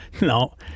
No